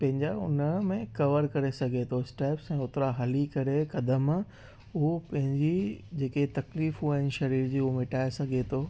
पंहिंजा उन में कवर करे सघे थो स्टेप्स ऐं ओतिरा हली करे क़दमु उहो पंहिंजी जेकी तकलीफ़ू आहिनि शरीर जी उहा मिटाए सघे थो